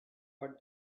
but